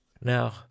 now